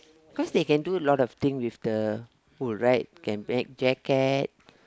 cause they can do a lot of thing with the wool right can make jacket